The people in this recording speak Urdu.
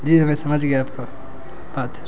جی میں سمجھ گیا آپ کا بات